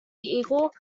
eagle